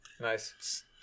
Nice